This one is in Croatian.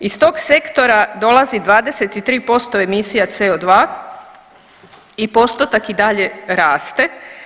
Iz tog sektora dolazi 23% emisija CO2 i postotak i dalje raste.